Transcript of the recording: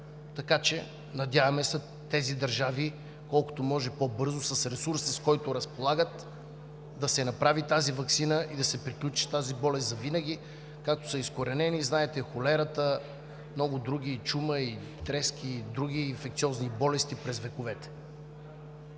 Така че, надяваме се тези държави, колкото може по-бързо, с ресурса, с който разполагат, да се направи тази ваксина и да се приключи с тази болест завинаги, както са изкоренени, знаете, холерата, много други – чума, трески и други инфекциозни болести през вековете.